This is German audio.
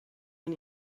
man